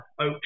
oak